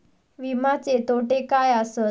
विमाचे तोटे काय आसत?